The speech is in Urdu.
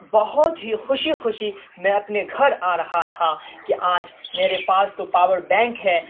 بہت ہی خوشی خوشی میں اپنے گھر آ رہا تھا کہ آج میرے پاس تو پاور بینک ہے